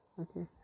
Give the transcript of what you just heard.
Okay